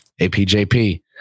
apjp